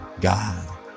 God